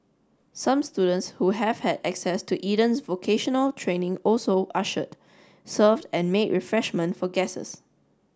some students who have had access to Eden's vocational training also ushered served and made refreshments for guests